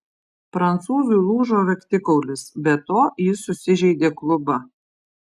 prancūzui lūžo raktikaulis be to jis susižeidė klubą